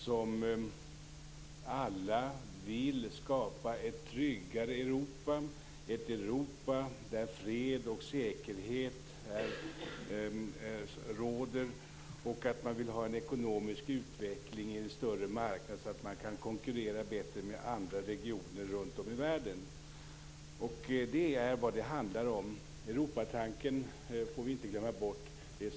Man vill alla skapa ett tryggare Europa, där fred och säkerhet råder, och man vill ha en ekonomisk utveckling i en större marknad för att bättre kunna konkurrera med andra regioner runt om i världen. Det är vad det handlar om. Vi får inte glömma bort Europatanken.